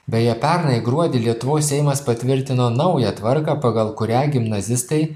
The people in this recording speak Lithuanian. beje pernai gruodį lietuvos seimas patvirtino naują tvarką pagal kurią gimnazistai